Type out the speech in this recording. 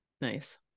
nice